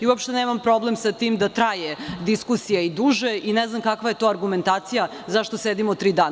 Uopšte nemam problem sa tim da traje diskusija i duže i ne znam kakva je to argumentacija - zašto sedimo tri dana?